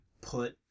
put